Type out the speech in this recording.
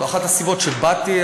זו אחת הסיבות שבאתי.